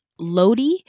Lodi